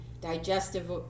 digestive